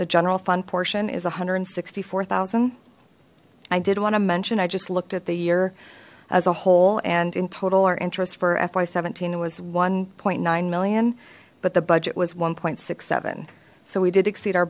the general fund portion is a hundred and sixty four thousand i did want to mention i just looked at the year as a whole and in total our interest for fy seventeen was one nine million but the budget was one point six seven so we did exceed our